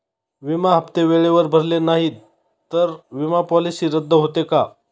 विमा हप्ते वेळेवर भरले नाहीत, तर विमा पॉलिसी रद्द होते का?